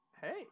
Hey